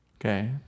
Okay